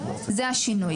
זה השינוי.